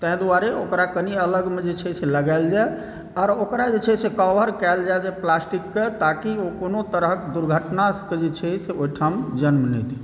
ताहि दुआरे ओकरा कनि अलगमे जे छै लगाएल जाइ आओर ओकरा जे छै से कवर कएल जाइ जे प्लास्टिकके ताकि ओ कोनो तरहके दुर्घटनाके जे छै से ओहिठाम जन्म नहि दै